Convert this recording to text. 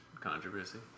controversy